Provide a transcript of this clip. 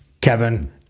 Kevin